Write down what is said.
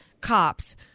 cops